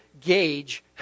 gauge